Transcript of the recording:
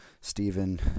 stephen